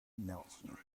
nelson